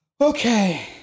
Okay